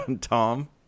Tom